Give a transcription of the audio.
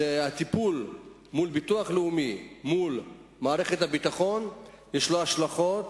הטיפול מול הביטוח הלאומי לעומת מערכת הביטחון יש לו השלכות